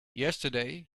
yesterday